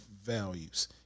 values